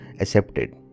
accepted